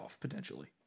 potentially